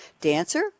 dancer